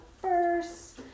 first